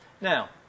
Now